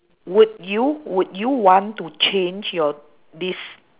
would you would you want to change your des~